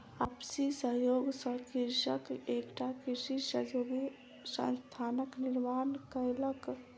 आपसी सहयोग सॅ कृषक एकटा कृषि सहयोगी संस्थानक निर्माण कयलक